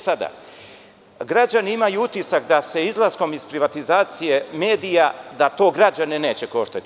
Sada, građani imaju utisak da izlaskom iz privatizacije medija to građane neće koštati.